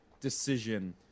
decision